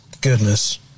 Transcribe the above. Goodness